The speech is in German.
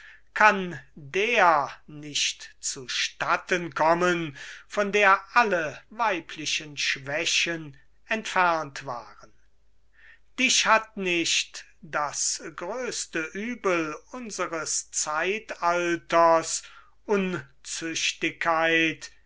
kann der nicht zu statten kommen von der alle weiblichen schwächen entfernt waren dich hat nicht das größte uebel unseres zeitalters